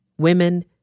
women